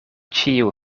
ĉiu